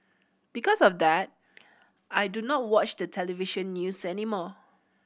because of that I do not watch the television news anymore